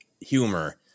humor